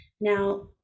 now